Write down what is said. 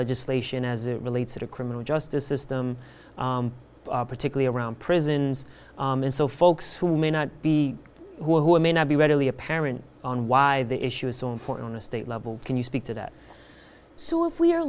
legislation as it relates to the criminal justice system particularly around prisons and so folks who may not be who may not be readily apparent on why the issue is so important to state level can you speak to that so if we're